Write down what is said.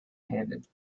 handed